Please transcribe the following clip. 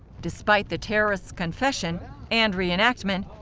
despite the terrorists' confession and reenactment,